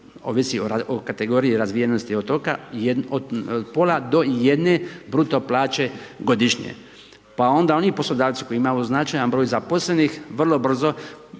ovisi o kategoriji razvijenosti otoka od pola do jedna bruto plaće godišnje. Pa onda oni poslodavci koji imaju značajan broj zaposlenih vrlo brzo